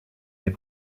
est